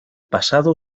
pasado